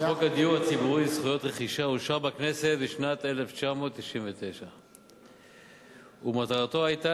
חוק הדיור הציבורי (זכויות רכישה) אושר בכנסת בשנת 1999 ומטרתו היתה